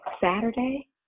Saturday